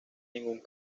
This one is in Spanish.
ningún